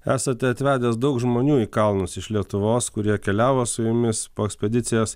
esate atvedęs daug žmonių į kalnus iš lietuvos kurie keliavo su jumis po ekspedicijos